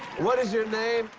what is your name?